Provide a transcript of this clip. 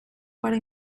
para